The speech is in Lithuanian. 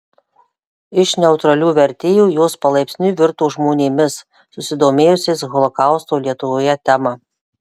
iš neutralių vertėjų jos palaipsniui virto žmonėmis susidomėjusiais holokausto lietuvoje tema